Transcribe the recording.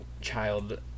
child